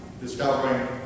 discovering